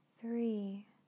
three